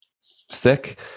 sick